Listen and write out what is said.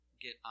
get